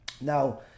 now